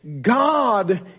God